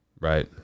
right